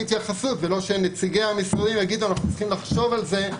התייחסות ולא שנציגי המשרדים יגידו: אנחנו צריכים לחשוב על זה,